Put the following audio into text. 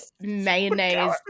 mayonnaise